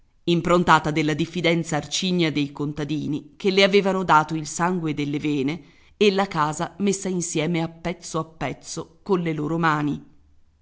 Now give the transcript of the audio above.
improntata della diffidenza arcigna dei contadini che le avevano dato il sangue delle vene e la casa messa insieme a pezzo a pezzo colle loro mani